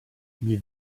wie